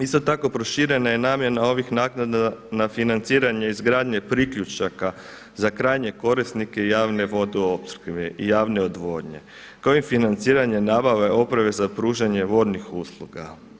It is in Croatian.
Isto tako proširena je namjena ovih naknada na financiranje izgradnje priključaka za krajnje korisnike javne vodoopskrbe i javne odvodnje, kao i financiranje nabave oprave za pružanje vodnih usluga.